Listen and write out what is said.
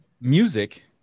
music